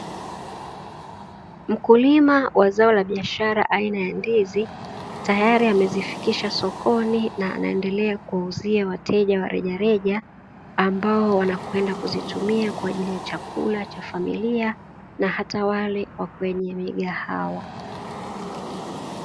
Mkulima wa biashara aina ya ndizi tayari amezifikisha sokoni kwa ajiri ya wateja ambao wanatumia kwa ajiri ya chakula cha familia, Na wale wa kwenye migawaha